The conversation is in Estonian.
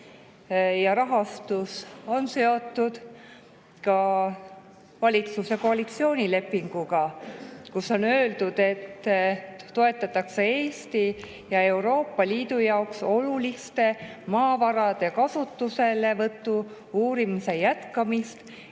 ja rahastus on seotud ka valitsuse koalitsioonilepinguga, kus on öeldud, et toetatakse Eesti ja Euroopa Liidu jaoks oluliste maavarade kasutuselevõtu uurimise jätkamist